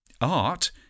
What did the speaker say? Art